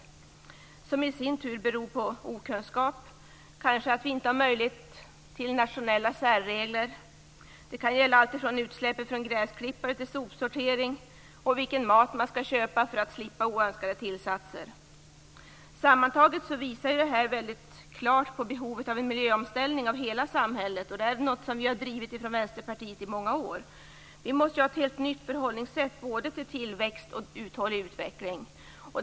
Det beror i sin tur på okunskap och kanske på att vi inte har möjlighet till nationella särregler. Det kan gälla alltifrån utsläpp från gräsklippare till sopsortering och vilken mat man skall köpa för att slippa oönskade tillsatser. Sammantaget visar detta klart på behovet av en miljöomställning av hela samhället. Det är något som Vänsterpartiet drivit i många år. Vi måste ha ett helt nytt förhållningssätt både till tillväxt och till uthållig utveckling.